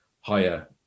higher